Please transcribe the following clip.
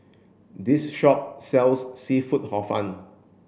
this shop sells seafood hor fun